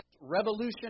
Revolution